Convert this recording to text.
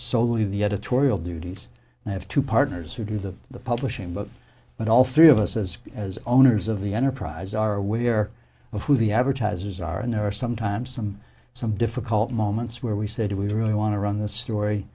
leave the editorial duties and i have two partners who do the publishing but but all three of us as as owners of the enterprise are aware of who the advertisers are and there are sometimes some some difficult moments where we said we really want to run the story